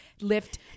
Lift